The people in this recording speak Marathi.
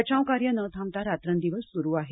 बचाव कार्य न थांबता रात्रंदिवस सुरू आहे